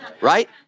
right